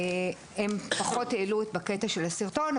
הם פחות העלו את הקטע של הסרטון,